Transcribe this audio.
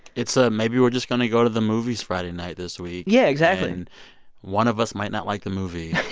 it's a maybe we're just going to go to the movies friday night this week. yeah, exactly and one of us might not like the movie.